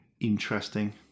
interesting